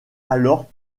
alors